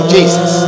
Jesus